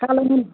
कालो नुन